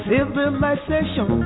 Civilization